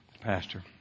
pastor